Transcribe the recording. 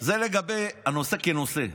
זה לגבי הנושא כנושא.